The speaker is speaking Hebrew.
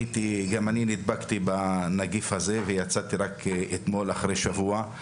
נדבקתי בנגיף הזה ויצאתי רק אתמול אחרי שבוע.